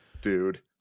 Dude